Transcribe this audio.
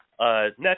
Next